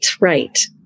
right